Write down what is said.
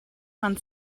man